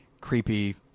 creepy